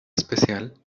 especial